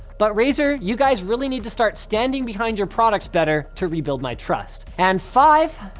but razer, you guys really need to start standing behind your products better to rebuild my trust and five